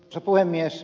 täällä ed